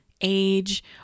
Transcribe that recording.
age